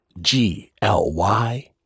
G-L-Y